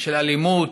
של אלימות